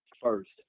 first